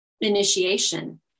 initiation